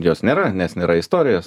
jos nėra nes nėra istorijos